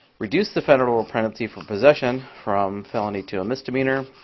reduce the federal penalty for possession from felony to a misdemeanor.